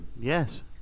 Yes